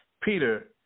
Peter